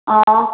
ꯑꯣꯍ